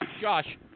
Josh